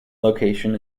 location